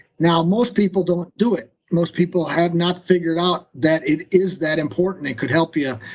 now, most people don't do it. most people have not figured out that it is that important and could help you.